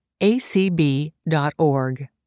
acb.org